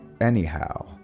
Anyhow